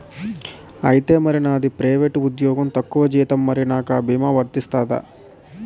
ఐతే మరి నాది ప్రైవేట్ ఉద్యోగం తక్కువ జీతం మరి నాకు అ భీమా వర్తిస్తుందా?